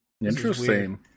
Interesting